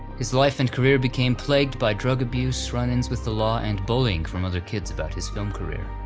his life and career became plagued by drug abuse, run-ins with the law, and bullying from other kids about his film career.